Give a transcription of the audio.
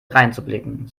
dreinzublicken